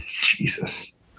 Jesus